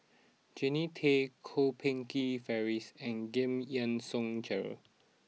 Jannie Tay Kwok Peng Kin Francis and Giam Yean Song Gerald